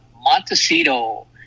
Montecito